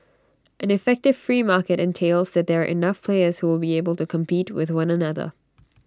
an effective free market entails that there are enough players who will be able to compete with one another